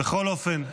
בכל אופן,